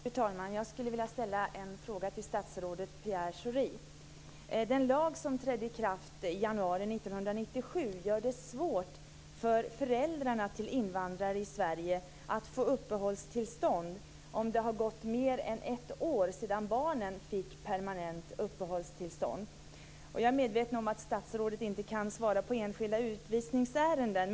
Fru talman! Jag skulle vilja ställa en fråga till statsrådet Pierre Schori. Den lag som trädde i kraft i januari 1997 gör det svårt för föräldrar till invandrare i Sverige att få uppehållstillstånd om det har gått mer än ett år sedan barnen fick permanent uppehållstillstånd. Jag är medveten om att statsrådet inte kan svara på frågor om enskilda utvisningsärenden.